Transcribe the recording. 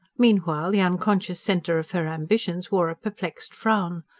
meanwhile the unconscious centre of her ambitions wore a perplexed frown.